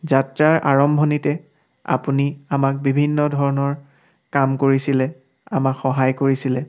যাত্ৰাৰ আৰম্ভণিতে আপুনি আমাক বিভিন্ন ধৰণৰ কাম কৰিছিলে আমাক সহায় কৰিছিলে